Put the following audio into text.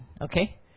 Okay